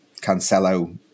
Cancelo